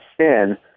sin